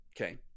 Okay